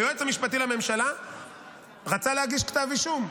היועץ המשפטי לממשלה רצה להגיש כתב אישום.